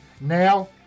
now